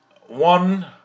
One